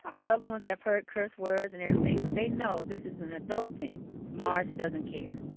ah the other ones have heard curse words and everything, but they know this is an adult thing. mars doesn't care.